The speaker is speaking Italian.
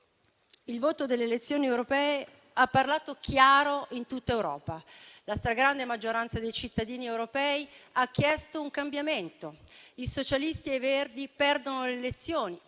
Il voto delle elezioni europee ha parlato chiaro in tutta Europa. La stragrande maggioranza dei cittadini europei ha chiesto un cambiamento. I socialisti e i verdi perdono le elezioni.